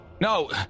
No